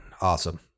awesome